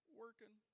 working